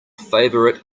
favorite